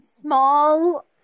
small